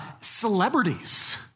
celebrities